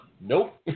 Nope